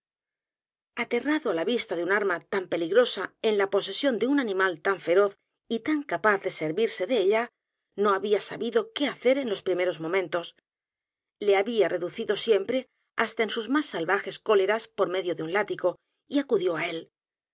aterrado á la vista de u n arma tan peligrosa en la posesión de animal tan feroz y tan capaz de servirse de ella no había sabido qué hacer en los primeros momentos le había reducido siempre hasta en sus más salvajes cóleras por medio de un látigo y acudió á él